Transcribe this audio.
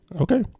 Okay